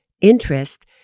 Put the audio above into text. interest